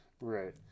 Right